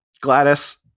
Gladys